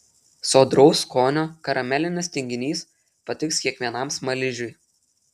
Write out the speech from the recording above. sodraus skonio karamelinis tinginys patiks kiekvienam smaližiui